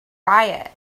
riot